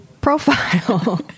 profile